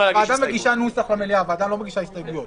עודד, למה לא להחיל את זה על כל העובדים